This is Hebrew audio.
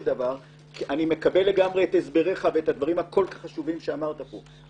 אני מקבל לגמרי את הסבריך ואת הדברים הכול כך חשובים שאמרת פה,